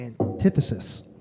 antithesis